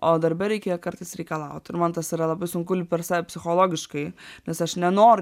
o darbe reikia kartais reikalaut ir man tas yra labai sunku per save psichologiškai nes aš nenoriu